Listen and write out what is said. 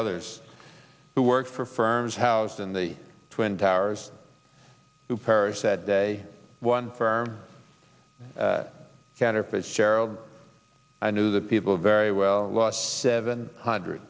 others who worked for firms house in the twin towers who perished that day one firm cantor fitzgerald i knew the people very well lost seven hundred